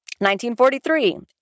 1943